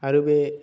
आरो बे